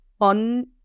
on